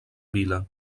vila